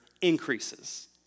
increases